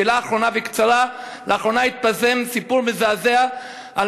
שאלה אחרונה וקצרה: לאחרונה התפרסם סיפור מזעזע על